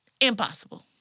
Impossible